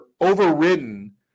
overridden